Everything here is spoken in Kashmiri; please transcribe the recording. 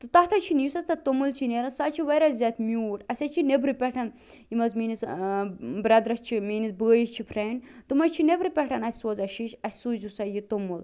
تہٕ تتھ حظ چھُنہٕ یُس حظ تَتھ توٚمُل چھُ نیران سُہ حظ چھُ ورایاہ زیادٕ میٛوٗٹھ اسہِ حظ چھِ نیٚبرٕ پٮ۪ٹھ یِم حظ میٛٲنِس ٲں برٛیٚدرَس چھِ میٛٲنِس بھٲیِس چھِ فرٛیٚنٛڈ تِم حظ چھِ نیٚبرٕ پٮ۪ٹھ اسہِ سوزان شیٚچھۍ اسہِ سوٗزِو سا یہِ توٚمُل